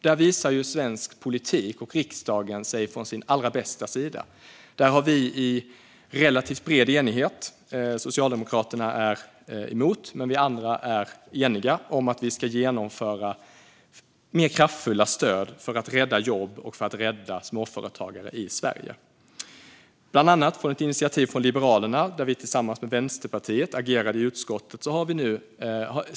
Där visar sig svensk politik och riksdagen från sin allra bästa sida. Där har vi en relativt bred enighet; Socialdemokraterna är emot förslagen, men vi andra är eniga om att genomföra mer kraftfulla stöd för att rädda jobb och småföretagare i Sverige. Extra ändringsbudget för 2022 - Slopad karenstid för stöd vid korttidsarbete, för-stärkt evenemangsstöd och andra åtgärder med anledning av coronaviruset samt kompensation till hushållen för höga elpriser Det sker bland annat genom ett initiativ från Liberalerna som agerade i utskottet tillsammans med Vänsterpartiet.